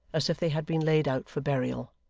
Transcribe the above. as if they had been laid out for burial,